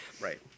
Right